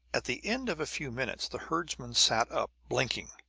at the end of a few minutes the herdsman sat up, blinking.